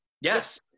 Yes